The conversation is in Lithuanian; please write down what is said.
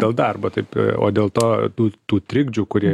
dėl darbo taip o dėl to tų tų trikdžių kurie